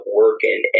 working